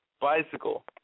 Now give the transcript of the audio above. bicycle